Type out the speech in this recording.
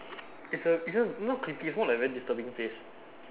it's a it's just not creepy it's more like very disturbing face